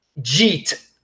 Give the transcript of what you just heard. Jeet